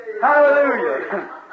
Hallelujah